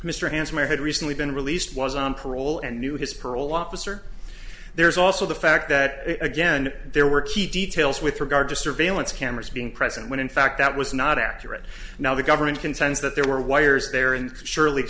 mr hanson had recently been released was on parole and knew his parole officer there's also the fact that again there were key details with regard to surveillance cameras being present when in fact that was not accurate now the government contends that there were wires there and surely